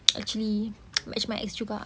actually it's my ex juga